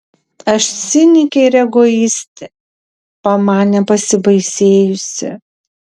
aš cinikė ir egoistė pamanė pasibaisėjusi